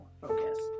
focused